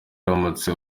uramutse